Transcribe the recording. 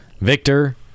Victor